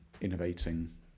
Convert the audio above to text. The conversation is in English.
innovating